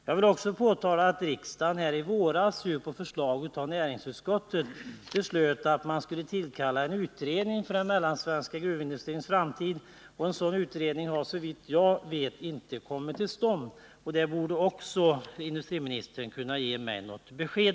Jag vill också påpeka att riksdagen i våras på förslag av näringsutskottet beslöt att tillkalla en utredning om den mellansvenska gruvindustrins framtid, men en sådan utredning har såvitt jag vet inte kommit till stånd. Även på den punkten borde industriministern kunna ge mig ett besked.